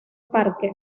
parque